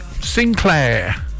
Sinclair